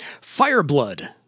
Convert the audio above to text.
Fireblood